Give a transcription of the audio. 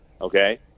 okay